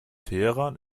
teheran